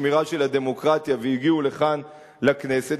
השמירה של הדמוקרטיה והגיעו לכאן לכנסת,